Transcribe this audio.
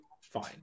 fine